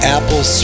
Apple